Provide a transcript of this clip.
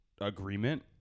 agreement